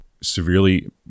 severely